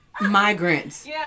migrants